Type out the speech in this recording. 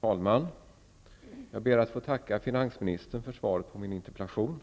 Fru talman! Jag ber att få tacka finansministern för svaret på min interpellation.